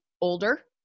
older